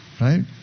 right